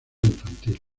infantiles